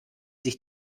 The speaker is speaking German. sich